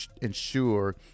ensure